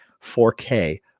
4K